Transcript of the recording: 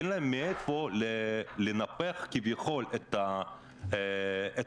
אין להם מאיפה לנפח כביכול את ההכנסות,